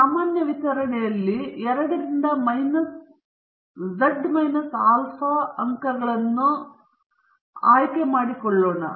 ಈ ಸಾಮಾನ್ಯ ವಿತರಣೆಯಲ್ಲಿ 2 ರಿಂದ ಮೈನಸ್ ಝ್ ಆಲ್ಫಾವನ್ನು ನಾವು ಅಂಕಗಳನ್ನು z ಆಲ್ಫಾ ಆಯ್ಕೆ ಮಾಡಿಕೊಳ್ಳೋಣ